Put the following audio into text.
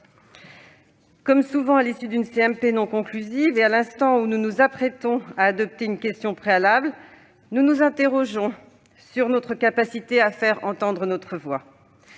commission mixte paritaire non conclusive, et à l'instant où nous nous apprêtons à adopter une question préalable, nous nous interrogeons sur notre capacité à faire entendre notre voix.